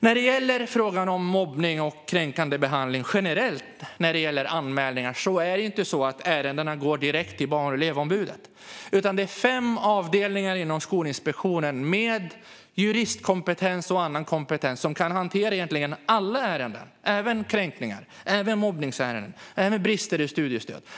När det gäller anmälningar generellt om mobbning och kränkande behandling är det inte så att ärendena går direkt till Barn och elevombudet. Det är fem avdelningar med juristkompetens och annan kompetens inom Skolinspektionen som kan hantera egentligen alla ärenden, även gällande kränkningar, mobbning och brister i studiestöd.